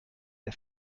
der